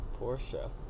Porsche